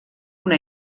una